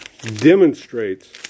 demonstrates